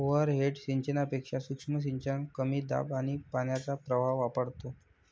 overhead सिंचनापेक्षा सूक्ष्म सिंचन कमी दाब आणि पाण्याचा प्रवाह वापरतो